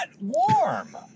warm